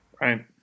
Right